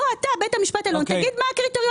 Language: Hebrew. בוא אתה בית המשפט העליון תגיד מה הקריטריונים.